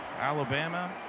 Alabama